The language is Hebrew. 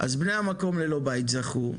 אז בני המקום ללא בית זכו,